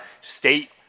state